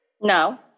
No